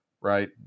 right